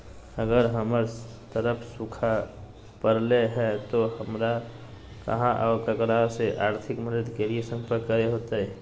अगर हमर तरफ सुखा परले है तो, हमरा कहा और ककरा से आर्थिक मदद के लिए सम्पर्क करे होतय?